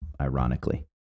ironically